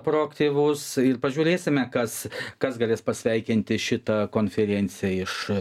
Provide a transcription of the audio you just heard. proaktyvus ir pažiūrėsime kas kas galės pasveikinti šitą konferenciją iš